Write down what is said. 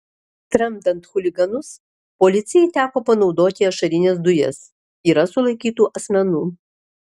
tramdant chuliganus policijai teko panaudoti ašarines dujas yra sulaikytų asmenų